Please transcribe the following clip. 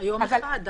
יום אחד...